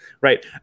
right